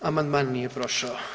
Amandman nije prošao.